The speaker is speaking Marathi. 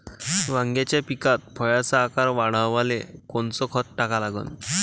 वांग्याच्या पिकात फळाचा आकार वाढवाले कोनचं खत टाका लागन?